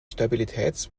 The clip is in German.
stabilitäts